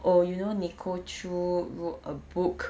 oh you know nicole choo wrote a book